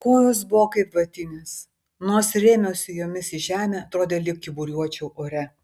kojos buvo kaip vatinės nors ir rėmiausi jomis į žemę atrodė lyg kyburiuočiau ore